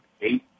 Eight